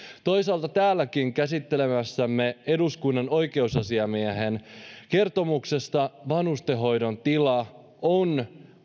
toisaalta täälläkin käsittelemässämme eduskunnan oikeusasiamiehen kertomuksessa vanhustenhoidon tila on